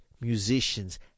musicians